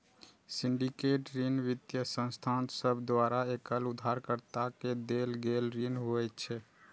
syndicate ऋण वित्तीय संस्थान सभ द्वारा एकल उधारकर्ता के देल गेल ऋण होइ छै